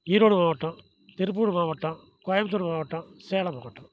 ஈரோடு மாவட்டம் திருப்பூர் மாவட்டம் கோயம்புத்தூர் மாவட்டம் சேலம் மாவட்டம்